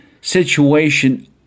situation